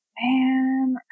man